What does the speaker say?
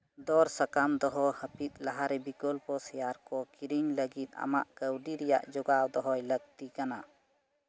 ᱫᱚᱨ ᱥᱟᱠᱟᱢ ᱫᱚᱦᱚ ᱦᱟᱹᱯᱤᱫ ᱞᱟᱦᱟᱨᱮ ᱵᱤᱠᱚᱞᱯᱚ ᱥᱮᱭᱟᱨ ᱠᱚ ᱠᱤᱨᱤᱧ ᱞᱟᱹᱜᱤᱫ ᱟᱢᱟᱜ ᱠᱟᱹᱣᱰᱤ ᱨᱮᱭᱟᱜ ᱡᱳᱜᱟᱣ ᱫᱚᱦᱚᱭ ᱞᱟᱹᱠᱛᱤ ᱠᱟᱱᱟ